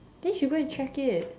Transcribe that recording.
then you should go and check it